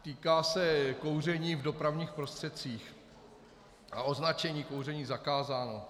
Týká se kouření v dopravních prostředcích a označení Kouření zakázáno.